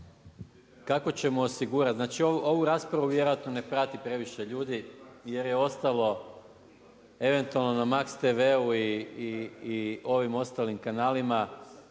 da to ljudi vide, znači ovu raspravu vjerojatno ne prati previše ljudi jer je ostalo eventualno na Max TV-u i ovim ostalim kanalima